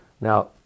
now